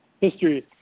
History